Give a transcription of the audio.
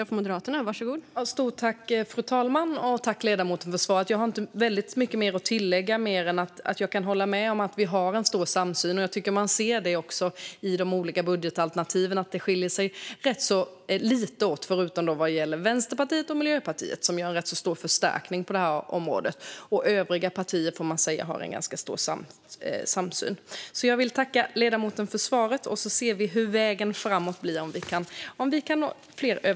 Fru talman! Tack för svaret, ledamoten! Jag har inte mycket mer att tillägga än att jag håller med om att vi har stor samsyn. Det tycker jag också att man ser i de olika budgetalternativen. Det skiljer sig ganska lite åt, förutom vad gäller Vänsterpartiet och Miljöpartiet som gör en ganska stor förstärkning på området. Övriga partier får sägas ha ganska stor samsyn. Jag vill tacka ledamoten för svaret. Vi får se hur vägen blir framåt och om vi kan nå fler överenskommelser framöver.